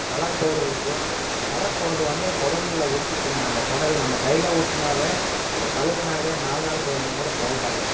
colour powder இருக்கு இந்த colour powder வந்து குடல்ல ஒட்டுச்சின்னா அந்த குடல் நம்ம கையில் ஒட்டுனாவே அது கழுவினாவே நாலு நாள் கழுவினா கூட போகாது